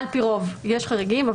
יש חריגים,